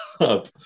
up